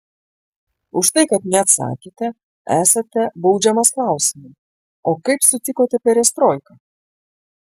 už tai kad neatsakėte esate baudžiamas klausimu o kaip sutikote perestroiką